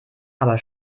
aber